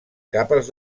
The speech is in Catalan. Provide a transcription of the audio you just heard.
capes